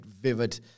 vivid